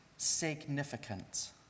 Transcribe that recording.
significant